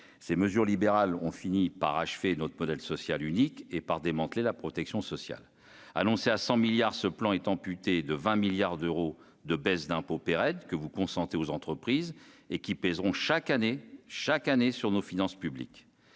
ces mesures libérales ont fini par achever notre modèle social unique et par démanteler la protection sociale, annoncé à 100 milliards ce plan est amputé de 20 milliards d'euros de baisses d'impôts que vous consentez aux entreprises et qui pèseront chaque année chaque année sur nos finances publiques